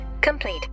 complete